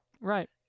Right